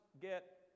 get